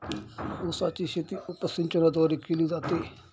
उसाची शेती उपसिंचनाद्वारे केली जाते